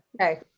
Okay